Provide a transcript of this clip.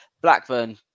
Blackburn